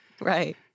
Right